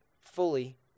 fully